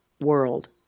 world